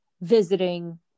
visiting